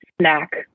snack